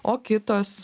o kitos